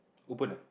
open eh